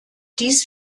dies